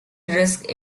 risk